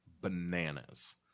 bananas